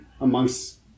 amongst